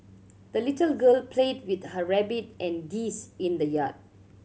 the little girl played with her rabbit and geese in the yard